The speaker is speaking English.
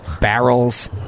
Barrels